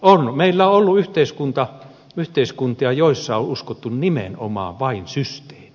on meillä ollut yhteiskuntia joissa on uskottu nimenomaan vain systeemiin